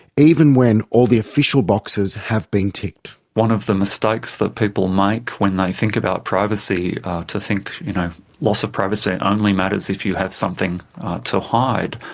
even when all the official boxes have been ticked. one of the mistakes that people make when they think about privacy to think you know loss of privacy only matters if you have something to hide.